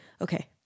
okay